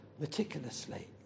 meticulously